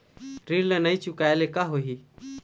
ऋण ला नई चुकाए ले का होही?